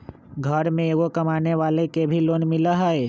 घर में एगो कमानेवाला के भी लोन मिलहई?